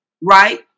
right